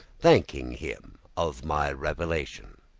thanking him of my revelation.